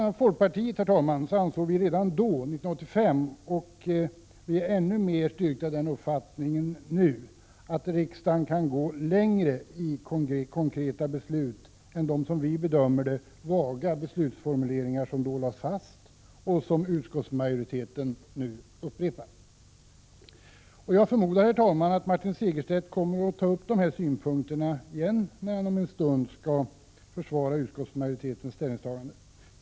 a. vi i folkpartiet ansåg redan då, 1985, att riksdagen kan gå längre i konkreta beslut än de, som vi bedömer det, vaga beslutsformuleringar som då lades fast och som utskottsmajoriteten nu upprepar. Vi är nu ännu mer styrkta i den uppfattningen. Herr talman! Jag förmodar att Martin Segerstedt kommer att ta upp de synpunkterna igen när han om en stund skall försvara utskottsmajoritetens ställningstagande.